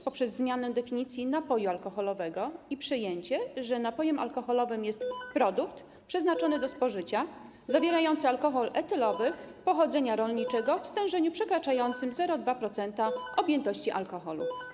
Chodzi o zmianę definicji napoju alkoholowego i przyjęcie, że napojem alkoholowym jest produkt przeznaczony do spożycia zawierający alkohol etylowy pochodzenia rolniczego w stężeniu przekraczającym 0,2% objętości alkoholu.